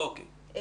לפי החוק,